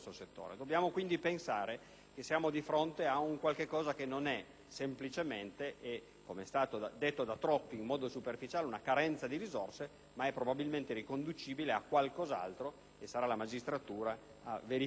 che siamo di fronte a un problema che non è dovuto semplicemente, come è stato detto da troppi in modo superficiale, ad una carenza di risorse, ma è probabilmente riconducibile a qualcos'altro e sarà la magistratura a verificare di che si tratta.